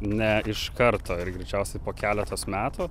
ne iš karto ir greičiausiai po keletos metų